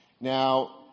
Now